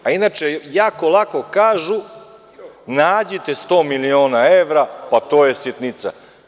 Inače, jako lako kažu – nađite 100 miliona evra, pa to je sitnica.